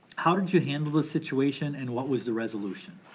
how did you handle the situation and what was the resolution?